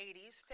80s